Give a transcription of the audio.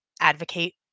advocate